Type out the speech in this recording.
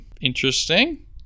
interesting